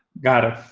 got it.